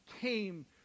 came